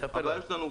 תספר לנו.